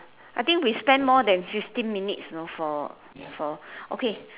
I think we spent more than fifteen minutes you know for for okay